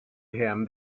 him